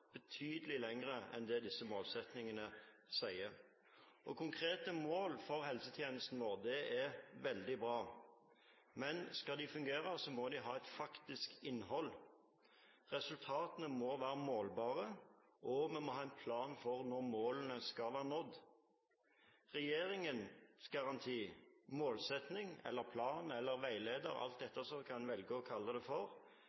betydelig lenger enn det disse målsettingene sier. Konkrete mål for helsetjenesten vår er veldig bra. Men skal de fungere, må de ha et faktisk innhold. Resultatene må være målbare, og vi må ha en plan for når målene skal være nådd. Regjeringens garanti, målsetting, plan eller veileder – alt etter hva en velger å kalle det